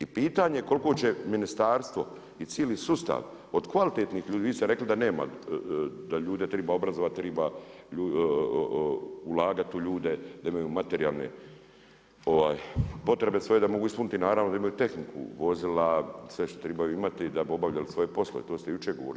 I pitanje koliko će ministarstvo i cijeli sustav od kvalitetnih ljudi, vi ste rekli da nema, da ljude triba obrazovati, treba ulagati u ljude, da imaju materijalne potrebe svoje, da mogu ispuniti naravno da imaju tehniku vozila, sve što trebaju imati, da bi obavljali svoje polove, to ste jučer govorili.